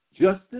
justice